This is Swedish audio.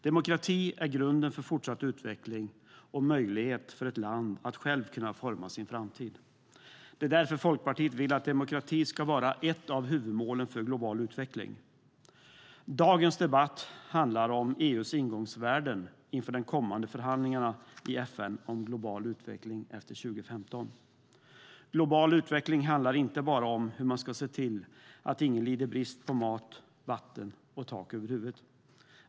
Demokrati är grunden för fortsatt utveckling och möjlighet för ett land att självt kunna forma sin framtid. Det är därför Folkpartiet vill att demokrati ska vara ett av huvudmålen för global utveckling. Dagens debatt handlar om EU:s ingångsvärden inför de kommande förhandlingarna i FN om global utveckling efter 2015. Global utveckling handlar inte bara om hur man ska se till att ingen lider brist på mat, vatten och tak över huvudet.